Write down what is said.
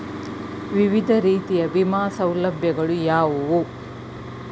ವಿವಿಧ ರೀತಿಯ ವಿಮಾ ಸೌಲಭ್ಯಗಳು ಯಾವುವು?